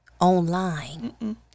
online